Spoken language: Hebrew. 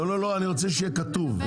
לא, לא, אני רוצה שיהיה כתוב.